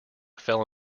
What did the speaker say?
fell